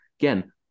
again